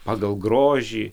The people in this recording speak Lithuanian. pagal grožį